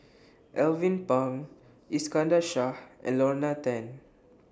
Alvin Pang Iskandar Shah and Lorna Tan